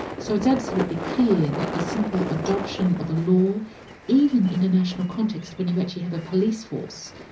so it's absolutely clear that the simple adoption of a law even in a national context when you actually have a police force,